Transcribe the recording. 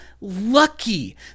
lucky